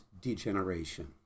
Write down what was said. degeneration